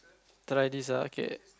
try this okay